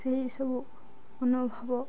ସେହିସବୁ ମନୋଭାବ